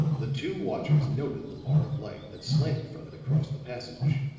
the two watchers noted the bar of light that slanted from it across the passage.